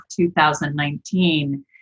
2019